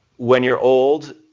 when you're old,